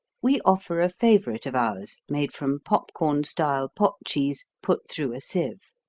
we offer a favorite of ours made from popcorn-style pot cheese put through a sieve